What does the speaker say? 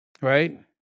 right